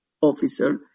officer